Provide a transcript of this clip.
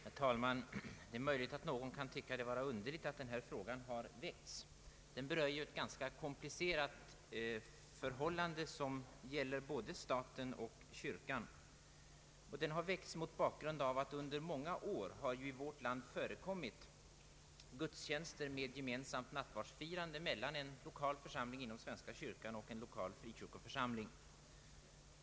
Herr talman! Det är möjligt att någon kan tycka det vara underligt att denna fråga väckts. Den gäller ett ganska komplicerat förhållande som berör både staten och kyrkan, och den har väckts mot bakgrund av att under många år gudstjänster har firats med gemensamma nattvardsgångar mellan en lokal församling inom svenska kyrkan och en lokal frikyrkoförsamling.